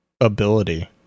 ability